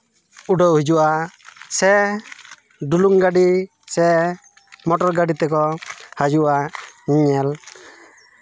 ᱩᱰᱟᱹᱣ ᱦᱤᱡᱩᱜᱼᱟ ᱥᱮ ᱰᱩᱞᱩᱝ ᱜᱟᱹᱰᱤ ᱥᱮ ᱢᱚᱴᱚᱨ ᱜᱟᱹᱰᱤ ᱛᱮᱠᱚ ᱦᱤᱡᱩᱜᱼᱟ ᱧᱮᱧᱮᱞ